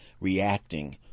reacting